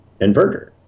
Inverter